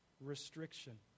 restriction